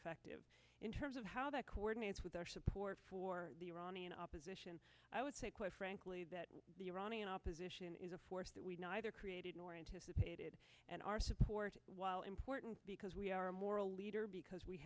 effective in terms of how that coordinates with their support for the iranian opposition i would say quite frankly that the iranian opposition is a force that we neither created nor anticipated and our support while important because we are moral leader because we